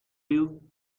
you